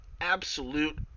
absolute